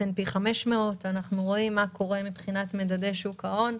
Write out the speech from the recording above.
SNP500. אנחנו רואים מה קורה מבחינת מדדי שוק ההון,